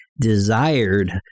desired